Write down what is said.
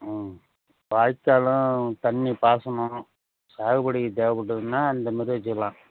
ம் வாய்க்காலும் தண்ணி பாசனம் சாகுபடிக்கு தேவைப்பட்டுதுனா அந்த மாதிரி வச்சுக்கலாம்